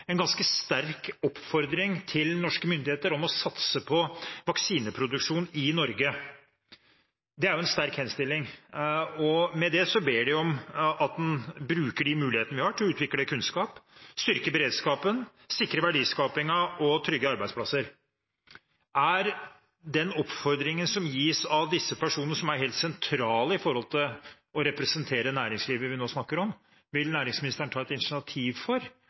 en ganske sterk oppfordring til norske myndigheter om å satse på vaksineproduksjon i Norge. Det er jo en sterk henstilling. Med det ber de om at en bruker de mulighetene vi har til å utvikle kunnskap, styrke beredskapen, sikre verdiskapingen og trygge arbeidsplasser. Det er den oppfordringen som gis av disse personene, som er helt sentrale i det å representere det næringslivet vi nå snakker om. Vil næringsministeren ta et initiativ